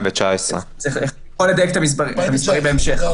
2019. אני אוכל לדייק את המספרים בהמשך,